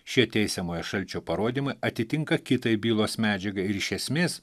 šie teisiamojo šalčio parodyma atitinka kitai bylos medžiagai ir iš esmės